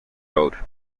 road